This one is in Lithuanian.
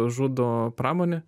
žudo pramonę